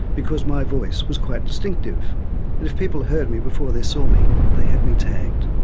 because my voice was quite distinctive, and if people heard me before they saw me, they had me tagged.